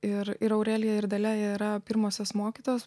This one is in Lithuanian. ir ir aurelija ir dalia yra pirmosios mokytojos